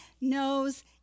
knows